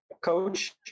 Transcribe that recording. coach